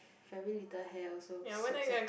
very little hair also suits right